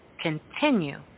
continue